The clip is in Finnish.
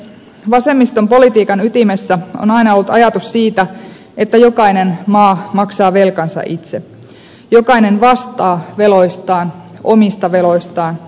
vasemmiston politiikan ytimessä on aina ollut ajatus siitä että jokainen maa maksaa velkansa itse jokainen vastaa veloistaan omista veloistaan itse